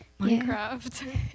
Minecraft